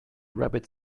rabbit